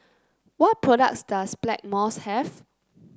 what products does Blackmores have